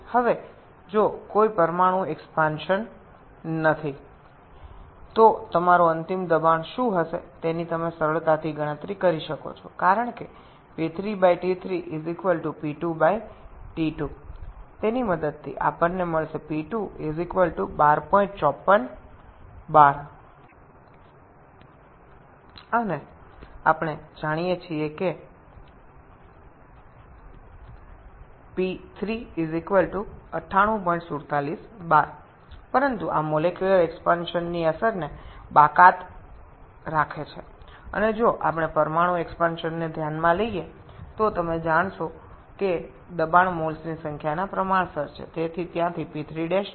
এখন যদি কোনও আণবিক বিস্তৃতি না ঘটে তবে আপনার চূড়ান্ত চাপটি কী হবে তা আপনি সহজেই গণনা করতে পারেন কারণ P3T3P2T2 P2 1254 bar এখান থেকে আমরা পাই P3 9847 bar তবে এটি আণবিক বিস্তারের প্রভাব বাদ দিয়ে এবং আমরা যদি আণবিক বিস্তারের বিষয়টি বিবেচনায় নিই তবে আপনি জানেন যে চাপ হল মোল সংখ্যার সাথে সমানুপাতিক